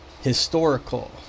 historical